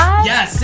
Yes